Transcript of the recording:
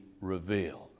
revealed